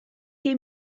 che